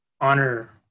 honor